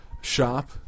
shop